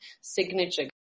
signature